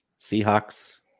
Seahawks